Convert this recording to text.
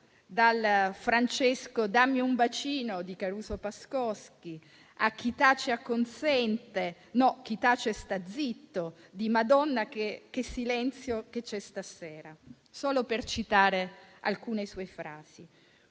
dal «Francesco dammi un bacino» di Caruso Pascoski a «Chi tace acconsente. No, chi tace sta zitto» di «Madonna che silenzio c'è stasera», solo per citare alcune sue frasi.